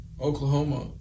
Oklahoma